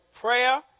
prayer